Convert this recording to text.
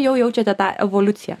jau jaučiate tą evoliuciją